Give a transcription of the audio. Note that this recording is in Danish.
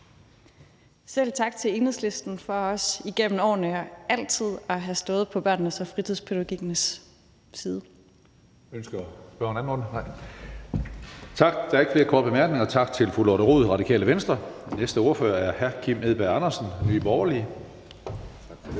Selv tak til Enhedslisten for igennem årene også altid at have stået på børnenes og fritidspædagogikkens side.